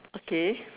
okay